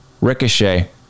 ricochet